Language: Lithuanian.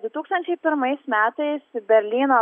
du tūkstančiai pirmais metai berlyno